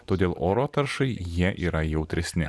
todėl oro taršai jie yra jautresni